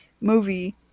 movie